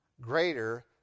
greater